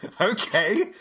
Okay